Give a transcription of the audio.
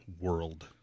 world